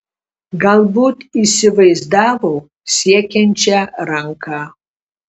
galbūt įsivaizdavo siekiančią ranką